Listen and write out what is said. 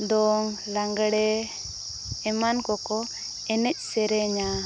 ᱫᱚᱝ ᱞᱟᱸᱜᱽᱲᱮ ᱮᱢᱟᱱ ᱠᱚᱠᱚ ᱮᱱᱮᱡ ᱥᱮᱨᱮᱧᱟ